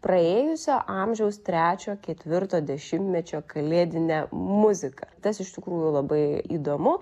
praėjusio amžiaus trečio ketvirto dešimtmečio kalėdinę muziką tas iš tikrųjų labai įdomu